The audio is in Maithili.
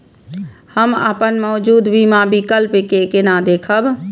हम अपन मौजूद बीमा विकल्प के केना देखब?